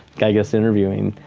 i guess, interviewing.